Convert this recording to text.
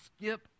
skip